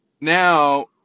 now